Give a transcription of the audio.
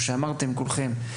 כמו שאמרתם כולכם,